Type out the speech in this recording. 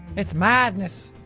it's madness.